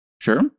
Sure